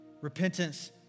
Repentance